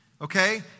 okay